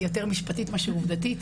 היא יותר משפטית מאשר עובדתית,